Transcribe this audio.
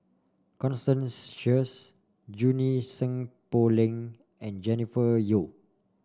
Constance Sheares Junie Sng Poh Leng and Jennifer Yeo